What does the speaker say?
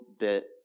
bit